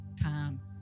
time